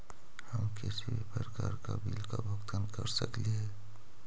हम किसी भी प्रकार का बिल का भुगतान कर सकली हे?